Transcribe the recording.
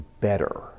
better